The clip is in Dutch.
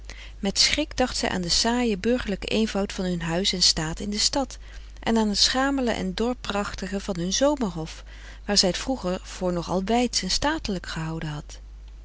met schrik dacht zij aan den saaien burgerlijken eenvoud van hun huis en staat in de stad en aan het schamele en dorperachtige van hun zomerhof waar zij t vroeger voor nog al weidsch en statelijk gehouden had